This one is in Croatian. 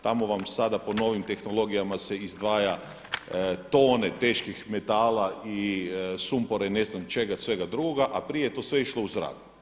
Tamo vam sada po novim tehnologijama se izdvaja tone teških metala i sumpora i ne znam čega svega drugoga, a prije je to sve išlo u zrak.